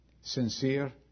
sincere